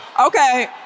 Okay